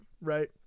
right